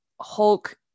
Hulk